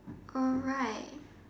alright